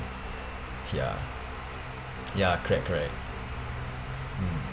ya ya correct correct mm